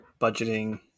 budgeting